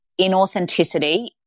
inauthenticity